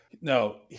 No